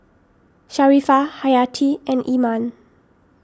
Sharifah Hayati and Iman